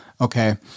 okay